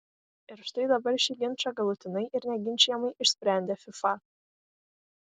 ir štai dabar šį ginčą galutinai ir neginčijamai išsprendė fifa